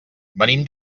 venim